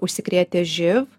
užsikrėtę živ